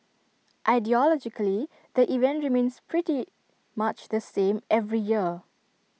ideologically the event remains pretty much the same every year